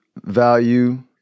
value